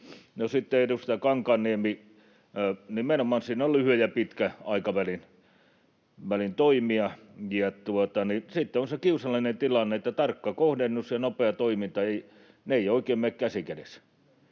sitten edustaja Kankaanniemelle: Nimenomaan siinä on lyhyen ja pitkän aikavälin toimia. Sitten on se kiusallinen tilanne, että tarkka kohdennus ja nopea toiminta eivät oikein mene käsi kädessä,